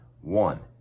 One